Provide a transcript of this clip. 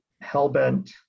hell-bent